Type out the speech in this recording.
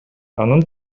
анын